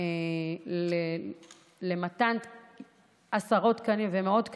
על מתן עשרות תקנים ומאות תקנים,